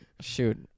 shoot